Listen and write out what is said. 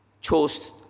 Chose